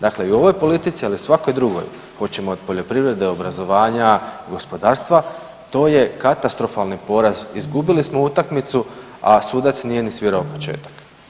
Dakle, i u ovoj politici ali i u svakoj drugoj hoćemo od poljoprivrede, obrazovanja, gospodarstva to je katastrofalni poraz, izgubili smo utakmicu, a sudac nije ni svirao početak.